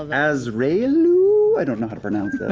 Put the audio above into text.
um and azraillu, i don't know how to pronounce that.